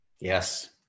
Yes